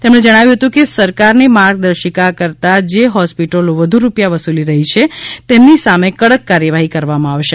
તેમણે જણાવ્યુ હતુ કે સરકારની માર્ગદર્શિકા કરતા જે હોસ્પીટલો વધુ રૂપિયા વસૂલી રહી છે તેમની સામે કડક કાર્યવાહી કરવામાં આવશે